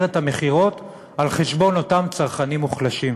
את המכירות על חשבון אותם צרכנים מוחלשים.